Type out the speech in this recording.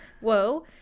whoa